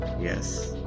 yes